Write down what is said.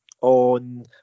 on